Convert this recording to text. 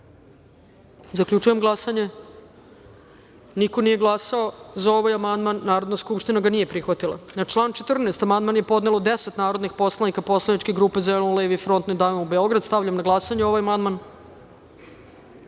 glasanje. Zaključujem glasanje: niko nije glasao za ovaj amandman, Narodna skupština ga nije prihvatila. Na član 14. amandman je podnelo deset narodnih poslanika poslaničke grupe Zeleno-levi front – Ne davimo Beograd. Stavljam na glasanje ovaj